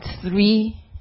three